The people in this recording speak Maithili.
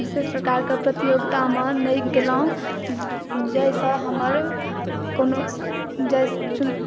विशेष प्रकार के प्रतियोगिता मे नहि गेलहुॅं जाहिसँ हमर कोनो